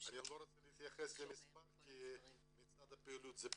אני לא רוצה להתייחס למספר כי מצד הפעילות זה בסדר,